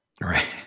Right